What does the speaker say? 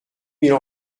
mille